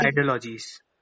ideologies